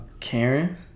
Karen